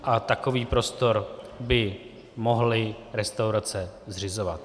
A takový prostor by mohly restaurace zřizovat.